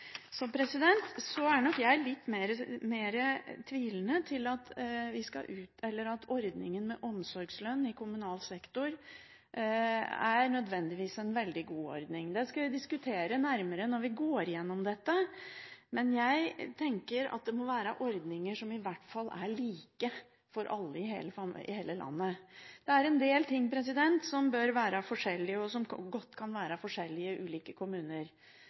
Så er nok jeg litt mer tvilende til at ordningen med omsorgslønn i kommunal sektor nødvendigvis er en veldig god ordning. Det skal vi diskutere nærmere når vi går gjennom dette, men jeg tenker at det må være ordninger som i hvert fall er like for alle i hele landet. Det er en del ting som bør være forskjellig, og som godt kan være forskjellig i ulike kommuner,